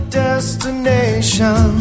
destination